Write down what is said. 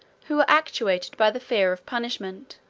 who were actuated by the fear of punishment